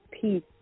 peace